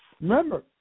remember